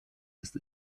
ist